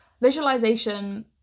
visualization